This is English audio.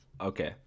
Okay